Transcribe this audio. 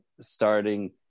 starting